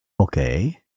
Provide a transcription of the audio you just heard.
Okay